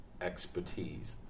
expertise